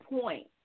point